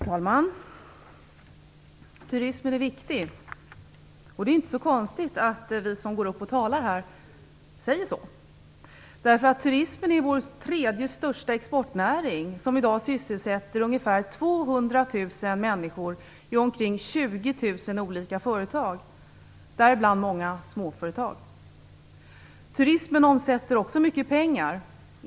Herr talman! Turismen är viktig. Det är inte så konstigt att vi som går upp och talar här säger så. Turismen är vår tredje största exportnäring, som i dag sysselsätter ungefär 200 000 människor i omkring Turismen omsätter också mycket pengar.